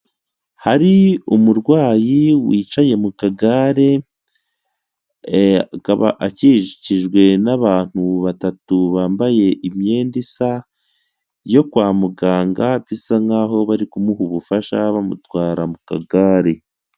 Hari umurwayi wicaye mu kagare akaba akikijwe n'abantu batatu bambaye imyenda isa, yo kwa muganga bisa nk'aho bari kumuha ubufasha bamutwara mu kagare.